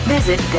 Visit